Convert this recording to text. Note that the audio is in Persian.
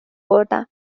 اوردم